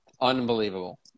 Unbelievable